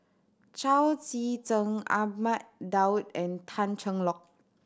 Chao Tzee Cheng Ahmad Daud and Tan Cheng Lock